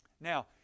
Now